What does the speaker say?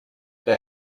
they